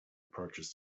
approaches